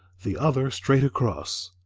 the other straight across.